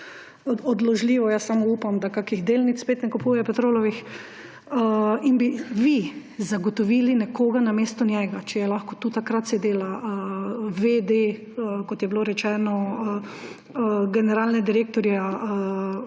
neodložljivo – jaz samo upam, da kakih delnic spet ne kupuje, Petrolovih –, in bi vi zagotovili nekoga namesto njega. Če je lahko tu takrat sedela v. d., kot je bilo rečeno, generalnega direktorja